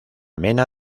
mena